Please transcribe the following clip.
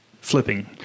flipping